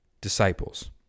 disciples